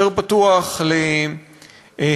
יותר פתוח להיכרות,